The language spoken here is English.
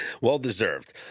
Well-deserved